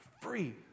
free